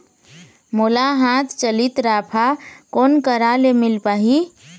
मोला हाथ चलित राफा कोन करा ले मिल पाही?